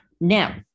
Now